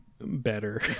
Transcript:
better